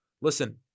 Listen